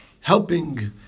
helping